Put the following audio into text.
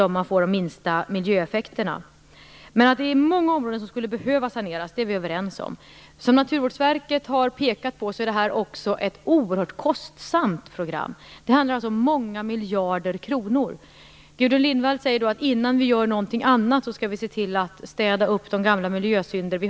Men vi är överens om att det finns områden som skulle behöva saneras. Som Naturvårdsverket har pekat på är det här också ett oerhört kostsamt program. Det handlar om många miljarder kronor. Gudrun Lindvall säger att innan vi gör något annat skall vi se till att städa upp våra gamla miljösynder.